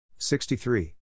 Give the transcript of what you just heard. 63